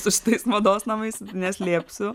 su šitais mados namais neslėpsiu